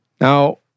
Now